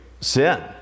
sin